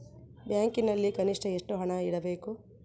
ಬ್ಯಾಂಕಿನಲ್ಲಿ ಕನಿಷ್ಟ ಎಷ್ಟು ಹಣ ಇಡಬೇಕು?